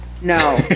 no